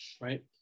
right